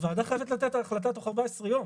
הוועדה חייבת החלטה תוך 14 יום.